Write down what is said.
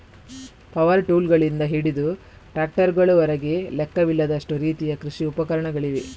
power ಟೂಲ್ಗಳಿಂದ ಹಿಡಿದು ಟ್ರಾಕ್ಟರುಗಳವರೆಗೆ ಲೆಕ್ಕವಿಲ್ಲದಷ್ಟು ರೀತಿಯ ಕೃಷಿ ಉಪಕರಣಗಳಿವೆ